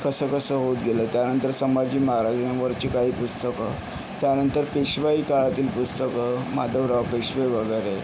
कसंकसं होत गेलं त्यानंतर संभाजी महाराज यांवरची काही पुस्तकं त्यानंतर पेशवाई काळातील पुस्तकं माधवराव पेशवे वगैरे